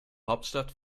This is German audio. hauptstadt